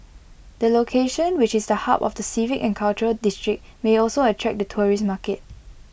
the location which is the hub of the civic and cultural district may also attract the tourist market